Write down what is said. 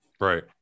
right